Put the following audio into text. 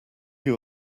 you